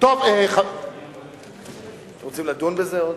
אתם רוצים לדון בזה עוד?